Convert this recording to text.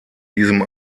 diesem